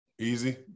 Easy